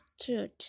truth